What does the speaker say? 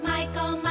Michael